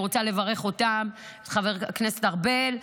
אני רוצה לברך אותם, את חבר הכנסת ארבל.